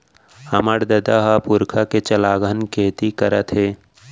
हमर ददा ह पुरखा के चलाघन खेती करत हे